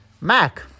Mac